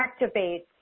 activates